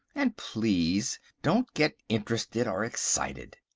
and please don't get interested or excited.